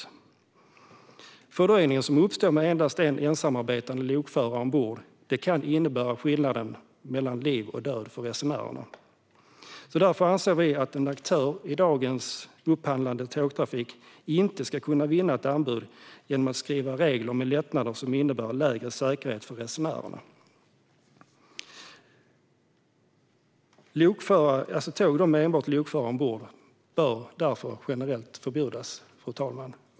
Den fördröjning som uppstår med endast en, ensamarbetande, lokförare ombord kan innebära skillnaden mellan liv och död för resenärerna. Därför anser Sverigedemokraterna att en aktör i dagens upphandlade tågtrafik inte ska kunna vinna ett anbud genom regler med lättnader som innebär lägre säkerhet för resenärerna. Tåg med enbart en lokförare ombord bör därför generellt förbjudas, fru talman.